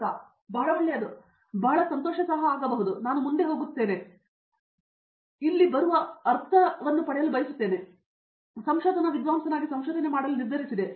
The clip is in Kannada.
ಪ್ರತಾಪ್ ಹರಿದಾಸ್ ಬಹಳ ಒಳ್ಳೆಯದು ಬಹಳ ಸಂತೋಷ ಸಹ ಆಗಬಹುದು ನಾನು ಮುಂದೆ ಹೋಗುತ್ತಿದ್ದೇನೆ ಎಂದು ನಾನು ಬಯಸುತ್ತೇನೆ ಮತ್ತು ನಾನು ಇಲ್ಲಿ ಬರುವುದರ ಅರ್ಥವನ್ನು ಪಡೆಯಲು ಬಯಸುತ್ತೇನೆ ಮತ್ತು ಸಂಶೋಧನಾ ವಿದ್ವಾಂಸನಾಗಿ ಸಂಶೋಧನೆ ಮಾಡಲು ನಿರ್ಧರಿಸಿದೆ